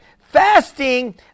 fasting